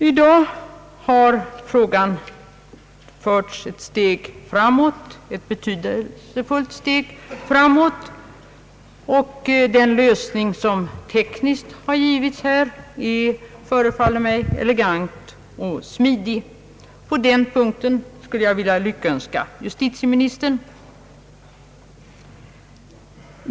I dag har frågan förts ett betydelsefullt steg framåt, och den tekniska lösning som här har givits förefaller mig vara elegant och smidig. På den punkten skulle jag vilja lyckönska justitieministern.